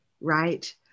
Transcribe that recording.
right